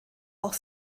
auch